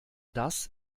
das